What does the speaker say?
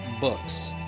books